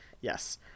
Yes